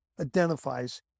identifies